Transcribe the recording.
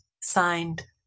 Signed